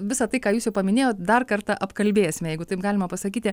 visa tai ką jūs jau paminėjot dar kartą apkalbėsime jeigu taip galima pasakyti